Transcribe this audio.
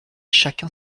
chacun